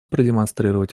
продемонстрировать